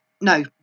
no